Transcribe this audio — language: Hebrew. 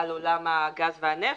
עולם הגז והנפט.